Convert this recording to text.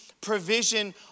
provision